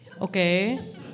Okay